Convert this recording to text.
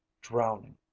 drowning